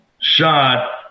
shot